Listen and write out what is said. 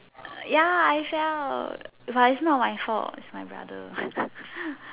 err ya I fell but it's not my fault it's my brother